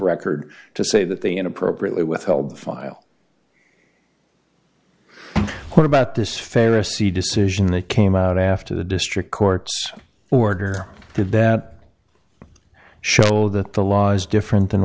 record to say that they in appropriately withheld the file what about this fantasy decision that came out after the district court's order did that show that the laws different than